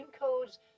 codes